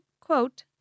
quote